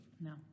No